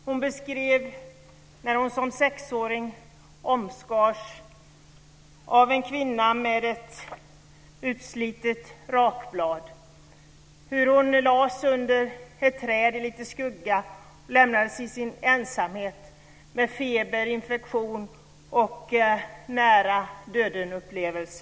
Hon beskrev när hon som sexåring omskars av en kvinna med ett utslitet rakblad, hur hon lades under ett träd i lite skugga och lämnades i sin ensamhet med feber, infektion och nära-döden-upplevelse.